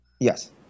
yes